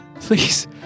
please